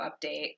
update